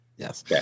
Yes